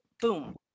boom